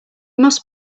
must